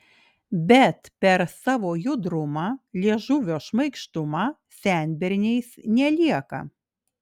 bet per savo judrumą liežuvio šmaikštumą senberniais nelieka